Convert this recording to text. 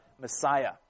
Messiah